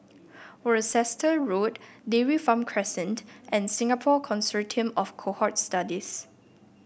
Worcester Road Dairy Farm Crescent and Singapore Consortium of Cohort Studies